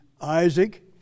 Isaac